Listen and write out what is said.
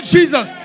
Jesus